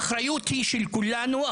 האחריות היא של כולנו,